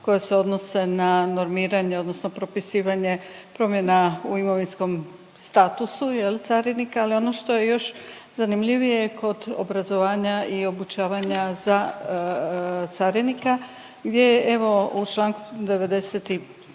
koje se odnose na normiranje odnosno propisivanje promjena u imovinskom statusu jel carinika, ali ono što je još zanimljivije kod obrazovanja i obučavanja za carinika gdje evo u Članku 95c.